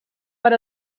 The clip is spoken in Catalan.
per